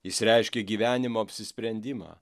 jis reiškia gyvenimo apsisprendimą